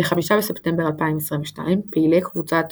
ב-5 בספטמבר 2022, פעילי קבוצת